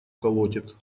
колотит